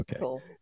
okay